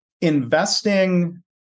Investing